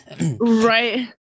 Right